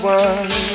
one